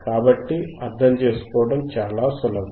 కాబట్టి అర్థం చేసుకోవడం చాలా సులభం